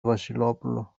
βασιλόπουλο